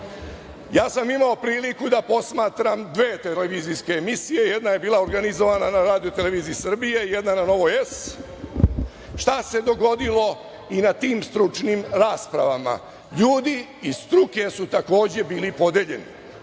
sam priliku da posmatram dve televizijske emisije. Jedna je bila organizovana na RTS, jedna na Nova S. Šta se dogodilo i na tim stručnim raspravama. Ljudi iz struke su takođe bili podeljeni.